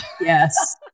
Yes